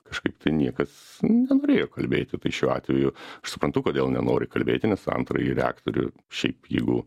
kažkaip tai niekas nenorėjo kalbėti tai šiuo atveju aš suprantu kodėl nenori kalbėti nes antrąjį reaktorių šiaip jeigu